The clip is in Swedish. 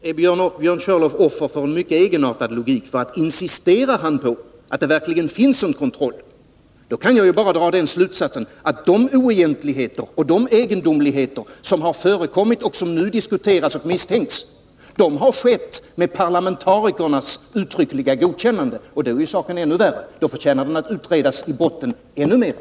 Herr talman! Nu är Björn Körlof offer för en mycket egenartad logik. Insisterar han på att det verkligen finns en kontroll, då kan jag bara dra den slutsatsen att de oegentligheter och de egendomligheter som har förekommit och som nu diskuteras och misstänks har skett med parlamentarikernas uttryckliga godkännande. Då är ju saken ännu värre. Då förtjänar den ännu mera att utredas i botten.